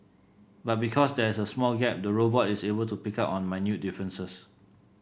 but because there is a small gap the robot is able to pick up on minute differences